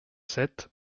sept